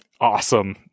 awesome